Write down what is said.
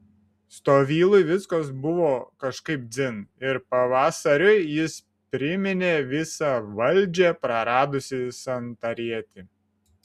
stovylui viskas buvo kažkaip dzin ir pavasariui jis priminė visą valdžią praradusį santarietį